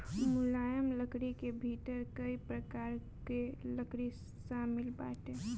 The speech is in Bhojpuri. मुलायम लकड़ी के भीतर कई प्रकार कअ लकड़ी शामिल बाटे